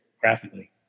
graphically